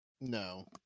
No